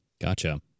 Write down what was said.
Gotcha